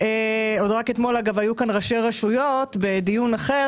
רק אתמול היו פה ראשי רשויות בדיון אחר